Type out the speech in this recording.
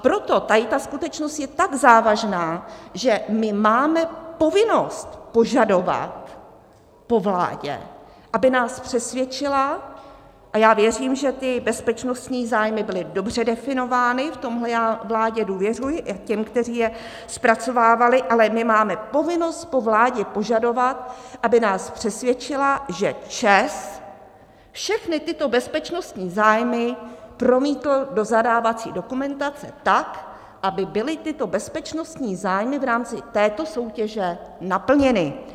Proto tady ta skutečnost je tak závažná, že my máme povinnost požadovat po vládě, aby nás přesvědčila, a já věřím, že ty bezpečnostní zájmy byly dobře definovány, v tom já vládě důvěřuji, těm, kteří je zpracovávali, ale my máme povinnost po vládě požadovat, aby nás přesvědčila, že ČEZ všechny bezpečnostní zájmy promítl do zadávací dokumentace tak, aby byly tyto bezpečnostní zájmy v rámci této soutěže naplněny.